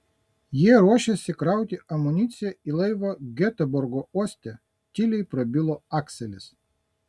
jie ruošėsi krauti amuniciją į laivą geteborgo uoste tyliai prabilo akselis